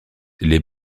les